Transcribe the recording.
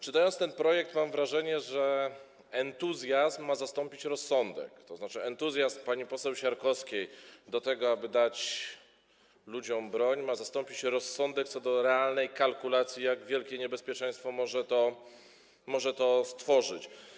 Czytając ten projekt, odniosłem wrażenie, że entuzjazm ma zastąpić rozsądek, to znaczy entuzjazm pani poseł Siarkowskiej do tego, aby dać ludziom broń, ma zastąpić rozsądek umożliwiający realną kalkulację, jak wielkie niebezpieczeństwo może to stworzyć.